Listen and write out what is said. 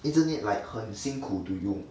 isn't it like 很辛苦 to 用